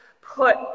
put